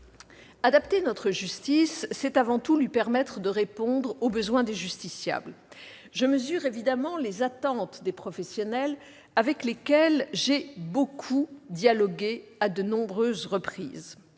Adapter notre justice, c'est avant tout lui permettre de répondre aux besoins des justiciables. Je mesure évidemment les attentes des professionnels avec lesquels j'ai beaucoup dialogué, à de nombreuses reprises.